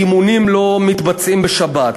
אימונים לא מתבצעים בשבת.